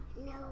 No